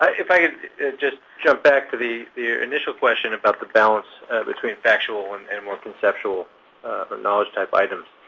ah if i could just jump back to the the initial question about the balance between factual and and more conceptual knowledge-type items,